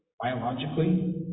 biologically